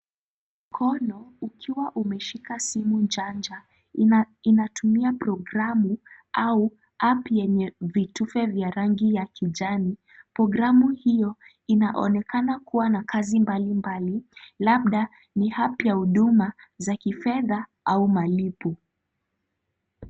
Mkono ukiwa umeshika simu janja inatumia programu au app yenye vitufe vya rangi ya kijani. Programu hiyo inaonekana kuwa na kazi mbalimbali labda ni app ya huduma za kifedha au malipo.